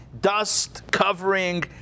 dust-covering